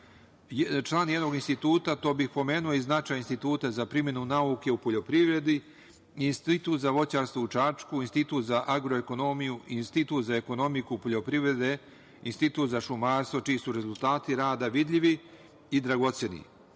član jednog instituta, pomenuo bih i značaj Instituta za primenu nauke u poljoprivredi, Institut za voćarstvo u Čačku, Institut za agroekonomiju, Institut za ekonomiku poljoprivrede, Institut za šumarstvo, čiji su rezultati rada vidljivi i dragoceni. Iskoristio